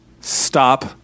Stop